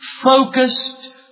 focused